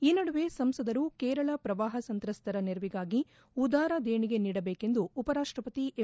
ಈ ನಡುವೆ ಸಂಸದರು ಕೇರಳ ಪ್ರವಾಪ ಸಂತ್ರಸ್ತರ ನೆರವಿಗಾಗಿ ಉದಾರ ದೇಣಿಗೆ ನೀಡಬೇಕೆಂದು ಉಪರಾಷ್ಟಪತಿ ಎಂ